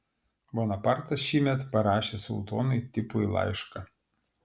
bonapartas šįmet parašė sultonui tipui laišką